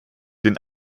den